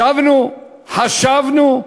ישבנו, חשבנו.